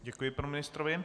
Děkuji panu ministrovi.